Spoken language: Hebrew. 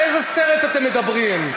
על איזה סרט אתם מדברים?